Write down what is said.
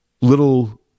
little